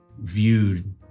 viewed